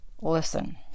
Listen